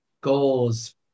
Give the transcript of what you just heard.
goals